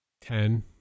ten